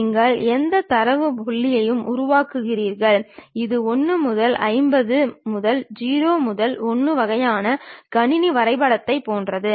நீங்கள் எந்த தரவு புள்ளியையும் உருவாக்குகிறீர்கள் இது 1 முதல் 500 முதல் 0 முதல் 1 வகையான கணினி வரைபடத்தைப் போன்றது